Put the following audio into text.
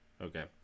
Okay